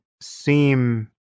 seem